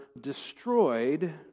destroyed